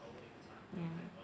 ya